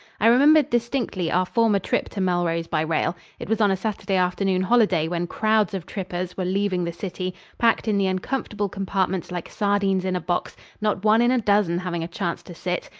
i remembered distinctly our former trip to melrose by rail. it was on a saturday afternoon holiday when crowds of trippers were leaving the city, packed in the uncomfortable compartments like sardines in a box not one in a dozen having a chance to sit.